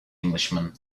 englishman